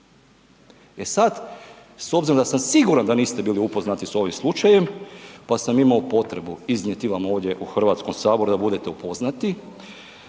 E sad, s obzirom da sam siguran da niste bili upoznati s ovim slučajem pa sam imao potrebu iznijeti vam ovdje u Hrvatskom saboru da budete upoznati,